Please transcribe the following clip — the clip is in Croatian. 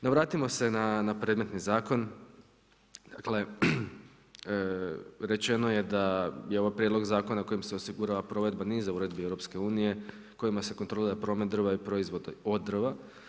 No vratimo se na predmetni zakon, dakle, rečeno je da je ovo prijedlog zakona, kojim se osigura provedba niza uredbi EU, kojima se kontrolira drva i proizvodne potreba.